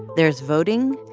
there's voting.